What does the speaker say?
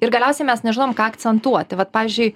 ir galiausiai mes nežinom ką akcentuoti vat pavyzdžiui